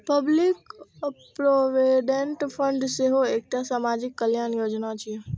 public provident fund सेहो एकटा सामाजिक कल्याण योजना छियै